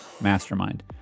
mastermind